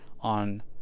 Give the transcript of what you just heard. on